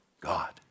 God